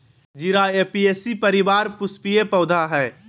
जीरा ऍपियेशी परिवार पुष्पीय पौधा हइ